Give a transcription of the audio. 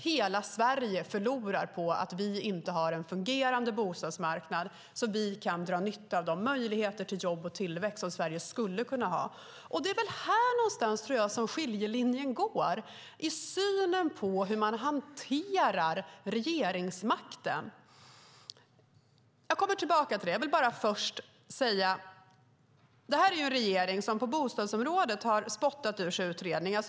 Hela Sverige förlorar på att vi inte har en fungerande bostadsmarknad och inte kan dra nytta av de möjligheter till jobb och tillväxt till Sverige skulle kunna ha. Det är väl här någonstans som skiljelinjen går: i synen på hur man hanterar regeringsmakten. Jag kommer tillbaka till det. Det här är ju en regering som på bostadsområdet har spottat ur sig utredningar.